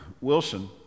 Wilson